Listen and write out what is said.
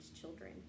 children